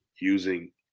using